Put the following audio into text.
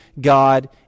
God